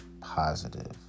positive